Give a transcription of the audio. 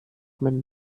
man